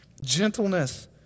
gentleness